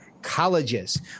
Colleges